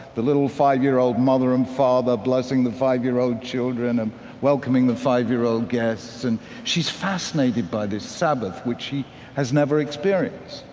the little five-year-old mother and father blessing the five-year-old children and welcoming the five-year-old guests. and she's fascinated by this sabbath, which she has never experienced.